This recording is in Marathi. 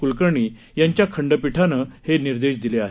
क्लकर्णी यांच्या खंडपीठानं हे निर्देश दिले आहेत